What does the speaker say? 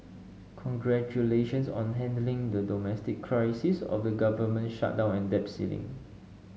congratulations on handling the domestic crisis of the government shutdown and debt ceiling